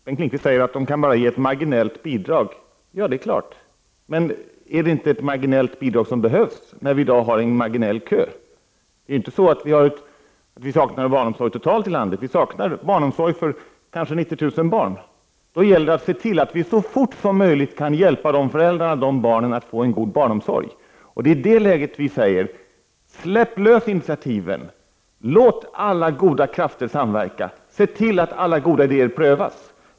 Bengt Lindqvist säger att de kan ge bara ett marginellt bidrag. Ja, det är klart, men är det inte ett marginellt bidrag som behövs, när det i dag finns en marginell kö? Det saknas inte barnomsorg totalt sett i landet, utan det saknas för kanske 90000 barn, och då gäller det att se till att vi så fort som möjligt kan hjälpa de föräldrarna och barnen att få en god barnomsorg. Det är i det läget som vi säger: Släpp lös initiativen! Låt alla goda krafter samverka! Se till att alla goda idéer prövas!